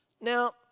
Now